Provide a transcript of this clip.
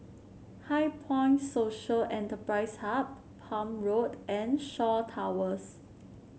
HighPoint Social Enterprise Hub Palm Road and Shaw Towers